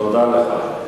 תודה לך.